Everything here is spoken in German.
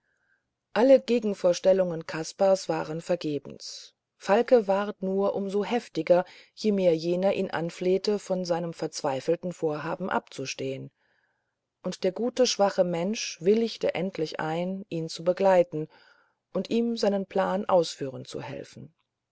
alle gegenvorstellungen kaspars waren vergebens falke ward nur um so heftiger je mehr jener ihn anflehte von seinem verzweifelten vorhaben abzustehen und der gute schwache mensch willigte endlich ein ihn zu begleiten und ihm seinen plan ausführen zu helfen